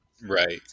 right